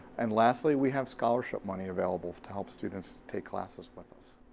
and lastly, we have scholarship money available to help students take classes with us,